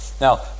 now